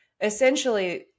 essentially